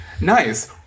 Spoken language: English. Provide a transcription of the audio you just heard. Nice